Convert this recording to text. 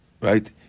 Right